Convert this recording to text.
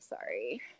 Sorry